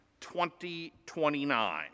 2029